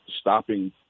stopping